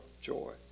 joy